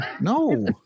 no